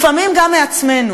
לפעמים גם מעצמנו.